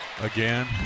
Again